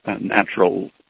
natural